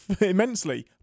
immensely